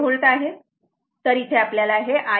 5 V आहे